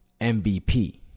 MVP